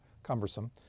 cumbersome